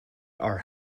are